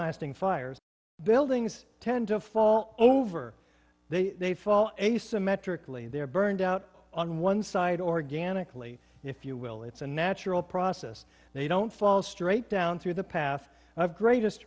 lasting fires buildings tend to fall over they fall asymmetrically they're burned out on one side organically if you will it's a natural process they don't fall straight down through the path of greatest